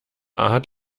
art